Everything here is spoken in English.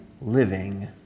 living